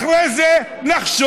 אחרי זה נחשוב.